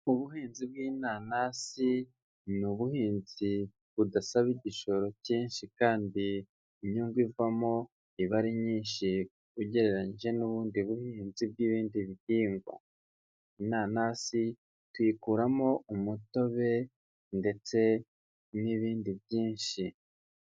Ubuhinzi bw'inanasi ni ubuhinzi budasaba igishoro cyinshi kandi inyungu ivamo iba ari nyinshi ugereranyije n'ubundi buhinzi bw'ibindi bihingwa, inanasi tuyikuramo umutobe ndetse n'ibindi byinshi.